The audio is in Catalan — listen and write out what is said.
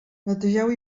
netegeu